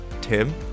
Tim